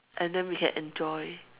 and then we can enjoy